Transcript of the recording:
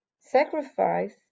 sacrifice